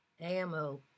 AMO